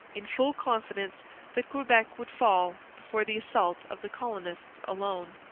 in full confidence that quebec would fall before the assault of the colonists alone.